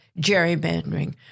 gerrymandering